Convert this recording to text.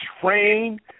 Train